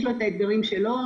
יש לשב"כ את האתגרים שלו,